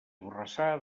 borrassà